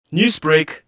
Newsbreak